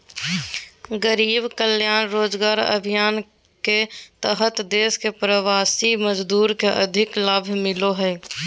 गरीब कल्याण रोजगार अभियान के तहत देश के प्रवासी मजदूर के अधिक लाभ मिलो हय